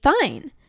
fine